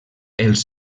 els